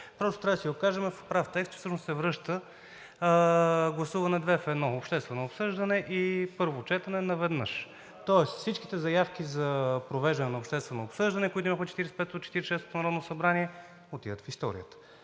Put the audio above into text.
Просто трябва да си го кажем в прав текст, че всъщност се връща гласуване две в едно – обществено обсъждане и първо четене наведнъж. Тоест всичките заявки за провеждане на обществено обсъждане, които имахме в 45-ото и 46-ото народно събрание, отиват в историята.